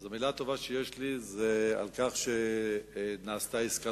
אז המלה הטובה שיש לי היא על כך שנעשתה עסקת